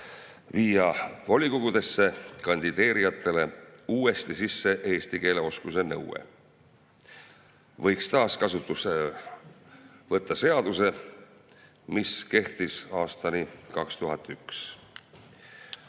viia volikogudesse kandideerijatele uuesti sisse eesti keele oskuse nõue. Võiks taaskasutusse võtta seaduse, mis kehtis aastani 2001.